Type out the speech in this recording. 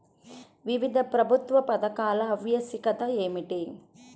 వివిధ ప్రభుత్వా పథకాల ఆవశ్యకత ఏమిటి?